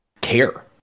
care